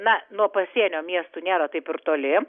na nuo pasienio miestų nėra taip ir toli